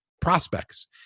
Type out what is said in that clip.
prospects